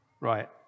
Right